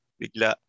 bigla